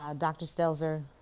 ah dr. stelzer